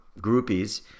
groupies